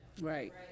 Right